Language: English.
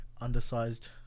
undersized